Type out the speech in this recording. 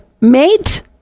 mate